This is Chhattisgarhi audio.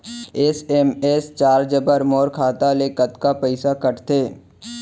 एस.एम.एस चार्ज बर मोर खाता ले कतका पइसा कटथे?